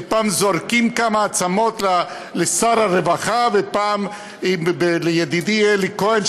שפעם זורקים כמה עצמות לשר הרווחה ופעם לידידי אלי כהן?